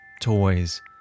Toys